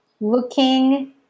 looking